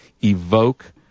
Evoke